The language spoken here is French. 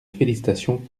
félicitations